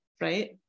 right